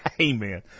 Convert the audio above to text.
Amen